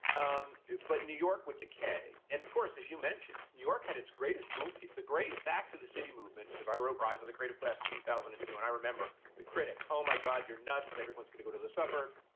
um but new york would decay. and of course, as you mentioned, new york had its greatest boom. the great back to the city movement because i wrote rise of the creative class in two thousand and two. and i remember the critics. oh, my god, you're nuts. everyone's gotta go to the suburbs.